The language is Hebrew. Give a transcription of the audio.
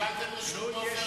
קיבלתם רשות מעופר